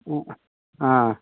ம் ஆ